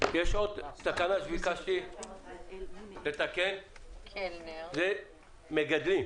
ביקשתי לתקן עוד תקנה לגבי המגדלים.